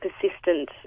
persistent